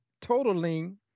totaling